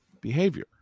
behavior